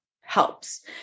helps